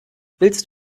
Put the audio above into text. willst